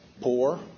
poor